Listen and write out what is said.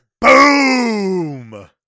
Boom